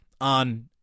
on